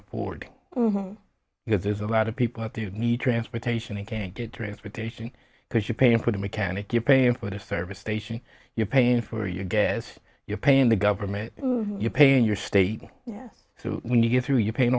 because there's a lot of people at the need transportation and can't get transportation because you're paying for the mechanic you're paying for the service station you're paying for your gas you're paying the government you're paying your state yeah so when you get through your pain